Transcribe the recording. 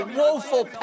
woeful